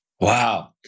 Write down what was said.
Wow